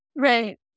Right